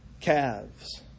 calves